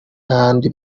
yandi